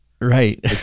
Right